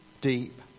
deep